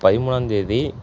பதிமூணாம் தேதி